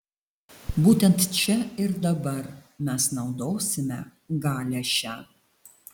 būtent čia ir dabar mes naudosime galią šią